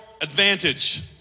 advantage